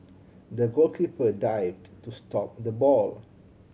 the goalkeeper dived to stop the ball